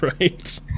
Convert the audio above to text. right